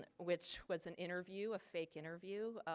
and which was an interview, a fake interview